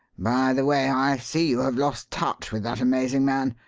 by the way, i see you have lost touch with that amazing man.